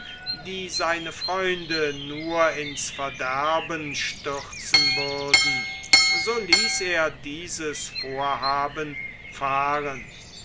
die seine freunde nur ins verderben stürzen würden so ließ er dieses vorhaben fahren